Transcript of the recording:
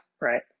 right